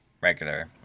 regular